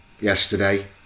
yesterday